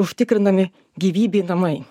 užtikrinami gyvybei namai